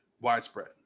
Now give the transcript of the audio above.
widespread